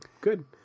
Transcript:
good